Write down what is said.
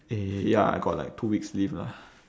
eh ya I got like two weeks leave lah